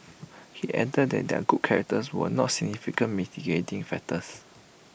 he added that their good characters were not significant mitigating factors